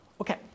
Okay